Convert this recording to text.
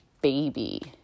baby